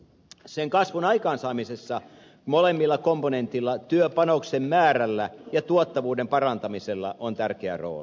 sen kasvun aikaansaamisessa molemmilla komponentilla työpanoksen määrällä ja tuottavuuden parantamisella on tärkeä rooli